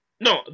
No